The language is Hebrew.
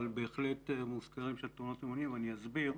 בהחלט מוזכרות שם תאונות אימונים ואני אסביר.